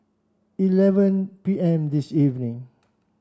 eleven P M this evening